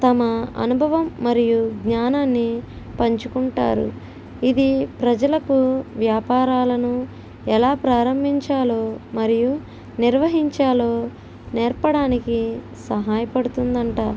తమ అనుభవం మరియు జ్ఞానాన్ని పంచుకుంటారు ఇది ప్రజలకు వ్యాపారాలను ఎలా ప్రారంభించాలో మరియు నిర్వహించాలో నేర్పడానికి సహాయపడుతుంది అంట